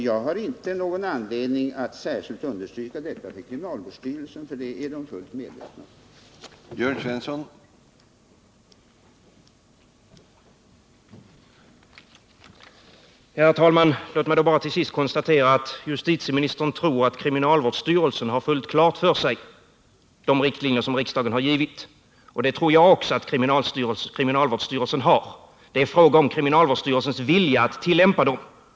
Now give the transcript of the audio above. Jag har inte någon anledning att särskilt understryka för kriminalvårdsstyrelsen det lämpliga i att man har sådan verksamhet på anstalterna, för det är styrelsen fullt medveten om.